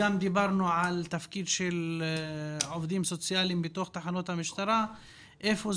דיברנו על תפקיד עובדים סוציאליים בתוך תחנות המשטרה והשאלה היא